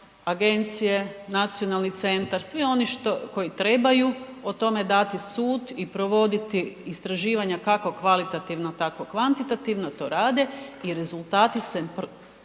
agencije, nacionalni centar, svi oni koji trebaju o tome dati sud i provoditi istraživanja kako kvalitativno, tako kvantitativno to rade i rezultati se